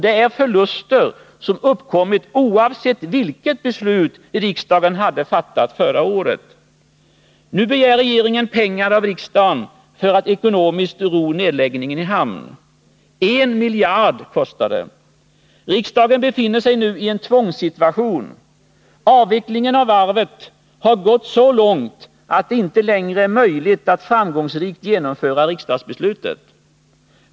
Det är förluster som uppkommit oavsett vilket beslut riksdagen hade fattat förra året. Nu begär regeringen pengar av riksdagen för att ekonomiskt ro nedläggningen i hamn. En miljard kostar det. Riksdagen befinner sig nui en tvångssituation. Avvecklingen av varvet har gått så långt att det inte längre är möjligt att framgångsrikt genomföra riksdagsbeslutet.